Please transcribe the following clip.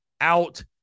out